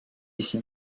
ici